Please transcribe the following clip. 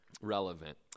relevant